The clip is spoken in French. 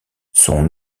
son